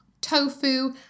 tofu